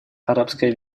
арабская